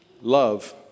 Love